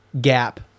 gap